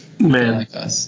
Man